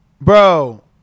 Bro